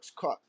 cut